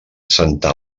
santa